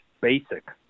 basic